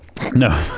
No